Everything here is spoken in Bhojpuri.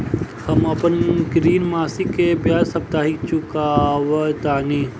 हम अपन ऋण मासिक के बजाय साप्ताहिक चुकावतानी